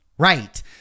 Right